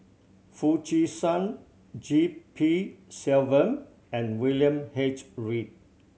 Foo Chee San G P Selvam and William H Read